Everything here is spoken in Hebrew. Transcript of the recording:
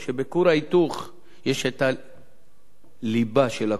שבכור ההיתוך יש את הליבה של הכור,